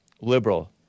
liberal